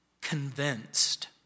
convinced